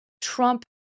Trump